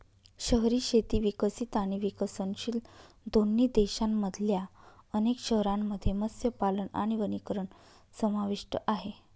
शहरी शेती विकसित आणि विकसनशील दोन्ही देशांमधल्या अनेक शहरांमध्ये मत्स्यपालन आणि वनीकरण समाविष्ट आहे